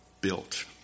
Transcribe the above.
built